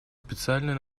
специальное